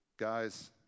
Guys